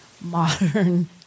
modern